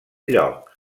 lloc